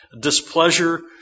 displeasure